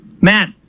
Matt